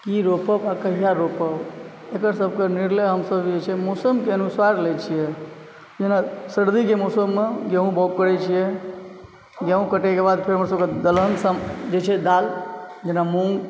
की रोपब आ कहिआ रोपब एकर सभकेँ निर्णय हमसभ जे छै मौसमके अनुसार लय छियै जेना सर्दीके मौसममे गेहूँ बोअ पड़ैत छै गेहूँ कटयके बाद फेर हमरा सभके दलहनसँ जे छै दाल मूँग